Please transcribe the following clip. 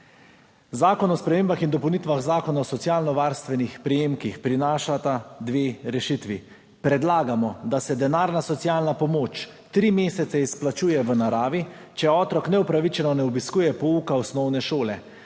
Zakon o spremembah in dopolnitvah Zakona o socialno varstvenih prejemkih prinaša dve rešitvi. Predlagamo, da se denarna socialna pomoč tri mesece izplačuje v naravi, če otrok neupravičeno ne obiskuje pouka osnovne šole.